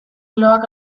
loak